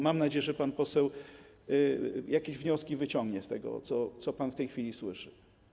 Mam nadzieję, że pan poseł jakieś wnioski wyciągnie z tego, co pan w tej chwili słyszy.